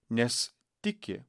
nes tiki